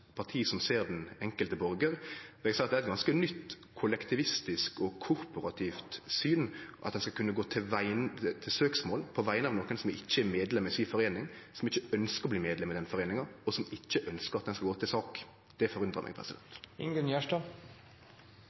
parti som ser den enkelte borgaren, er det eit nytt kollektivistisk og korporativt syn at ein skal kunne gå til søksmål på vegner av nokon som ikkje er medlem i foreininga si, som ikkje ønskjer å bli medlem i foreininga, og som ikkje ønskjer at ein skal gå til sak. Det forundrar meg.